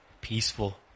peaceful